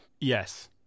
yes